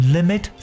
Limit